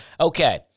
okay